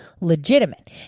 legitimate